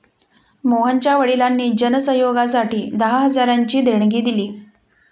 मोहनच्या वडिलांनी जन सहयोगासाठी दहा हजारांची देणगी दिली